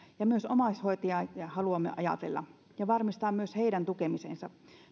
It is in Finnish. ja myös omaishoitajia haluamme ajatella ja varmistaa myös heidän tukemisensa